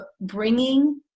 bringing